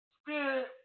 spirit